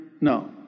No